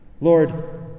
Lord